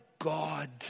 God